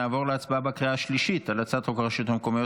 נעבור להצבעה בקריאה השלישית על הצעת חוק הרשויות המקומיות